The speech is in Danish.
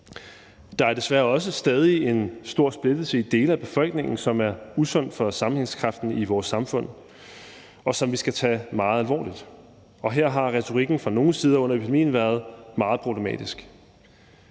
Der er desværre også stadig en stor splittelse i dele af befolkningen, som er usund for sammenhængskraften i vores samfund, og som vi skal tage meget alvorligt. Her har retorikken fra nogles side under epidemien været meget problematisk.